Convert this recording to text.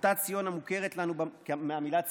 אותה ציון המוכרת לנו מהמילה ציונות.